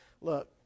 look